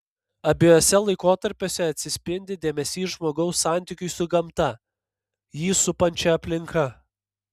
abiejuose laikotarpiuose atsispindi dėmesys žmogaus santykiui su gamta jį supančia aplinka